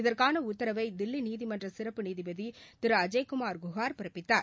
இதற்கான உத்தரவை தில்லி நீதிமன்ற சிறப்பு நீதிபதி திரு அஜய்குமார் குகார் பிறப்பித்தார்